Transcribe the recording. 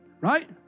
Right